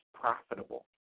profitable